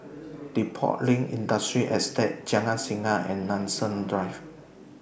Depot Lane Industrial Estate Jalan Singa and Nanson Drive